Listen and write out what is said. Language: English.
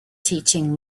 teaching